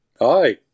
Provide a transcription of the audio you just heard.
Hi